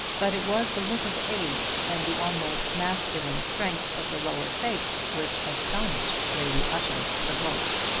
but it was the look of age, and the almost masculine strength of the lower face which astonished lady ushant the most.